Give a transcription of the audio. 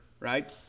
Right